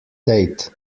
date